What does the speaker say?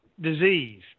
disease